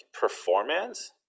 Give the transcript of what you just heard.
performance